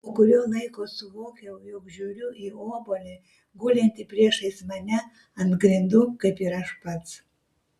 po kurio laiko suvokiau jog žiūriu į obuolį gulintį priešais mane ant grindų kaip ir aš pats